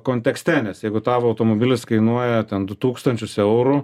kontekste nes jeigu tavo automobilis kainuoja du tūkstančius eurų